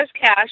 cash